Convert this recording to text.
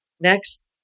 next